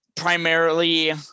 primarily